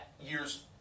years